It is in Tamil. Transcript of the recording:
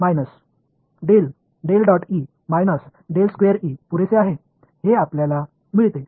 மாணவர் போதும் அதுதான் நமக்கு கிடைக்கிறது